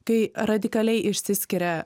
kai radikaliai išsiskiria